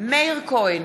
מאיר כהן,